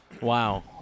Wow